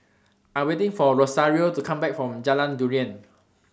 I Am waiting For Rosario to Come Back from Jalan Durian